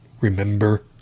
remember